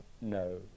no